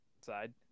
side